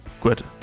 gut